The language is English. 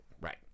right